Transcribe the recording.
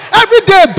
everyday